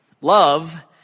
Love